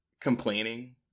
complaining